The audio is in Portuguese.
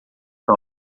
sua